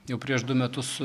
jau prieš du metus